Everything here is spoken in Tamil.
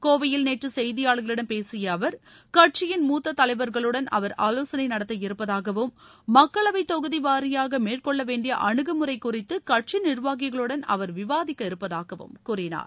கோவையில் நேற்று செய்தியாளர்களிடம் பேசிய அவர் கட்சியிள் மூத்தத் தலைவர்களுடன் அவர் ஆலோசளை நடத்த இருப்பதாகவும் மக்களவைத் தொகுதி வாரியாக மேற்கொள்ள வேண்டிய அனுகுமுறை குறித்து கட்சி நிர்வாகிகளுடன் அவர் விவாதிக்க இருப்பதாகவும் கூறினார்